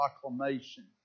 proclamation